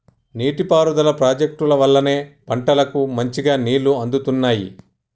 నీటి పారుదల ప్రాజెక్టుల వల్లనే పంటలకు మంచిగా నీళ్లు అందుతున్నాయి